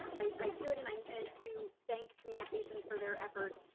i should and i meant to thank communications for their efforts,